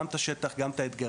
גם את השטח וגם את האתגרים.